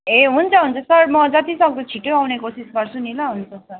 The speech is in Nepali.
ए हुन्छ हुन्छ सर म जतिसक्दो छिट्टै आउने कोसिस गर्छु नि ल हुन्छ सर